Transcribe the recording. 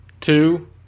two